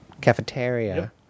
Cafeteria